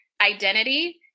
identity